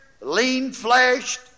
lean-fleshed